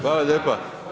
Hvala lijepa.